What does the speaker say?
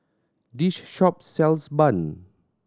this shop sells bun